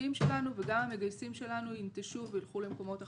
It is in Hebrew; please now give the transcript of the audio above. המשקיעים שלנו וגם המגייסים שלנו ינטשו וילכו למקומות אחרים,